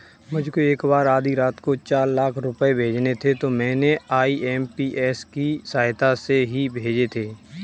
मुझको एक बार आधी रात को चार लाख रुपए भेजने थे तो मैंने आई.एम.पी.एस की सहायता से ही भेजे थे